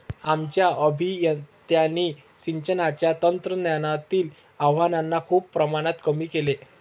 आमच्या अभियंत्यांनी सिंचनाच्या तंत्रज्ञानातील आव्हानांना खूप प्रमाणात कमी केले आहे